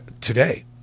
today